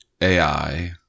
ai